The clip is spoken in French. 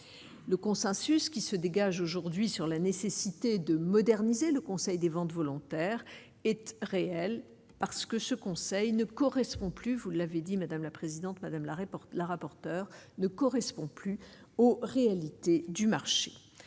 le consensus qui se dégage aujourd'hui sur la nécessité de moderniser le Conseil des ventes volontaires étaient réelle parce que ce conseil ne correspond plus, vous l'avez dit, madame la présidente, madame la reporte la rapporteure ne correspond plus au réalités du marché,